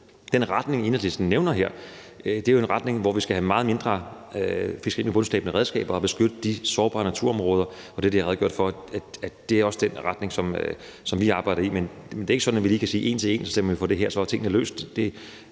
Enhedslisten nævner her, er jo en retning, hvor vi skal have meget mindre fiskeri med bundslæbende redskaber og beskytte de sårbare naturområder. Det har jeg lige redegjort for også er den retning, som vi arbejder i, men det er ikke sådan, at vi lige en til en kan sige, at vi stemmer for det her, og så er tingene løst. Jeg